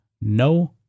no